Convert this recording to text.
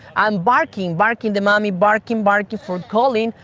um barking, barking the mummy, barking barking for calling,